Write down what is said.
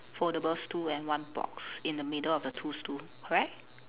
foldable stool and one box in the middle of the two stool correct